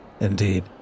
Indeed